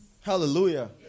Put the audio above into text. Hallelujah